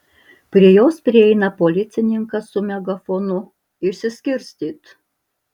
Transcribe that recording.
prie jos prieina policininkas su megafonu išsiskirstyt